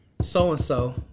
so-and-so